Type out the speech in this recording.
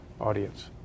audience